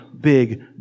big